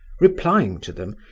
replying to them,